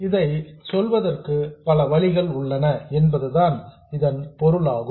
இதை சொல்வதற்கு பல வழிகள் உள்ளன என்பது தான் இதன் பொருள் ஆகும்